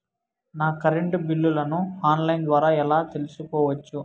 నా కరెంటు బిల్లులను online ద్వారా ఎలా తెలుసుకోవచ్చు?